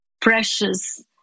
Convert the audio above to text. precious